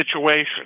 situation